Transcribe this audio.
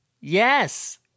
yes